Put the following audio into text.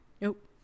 Nope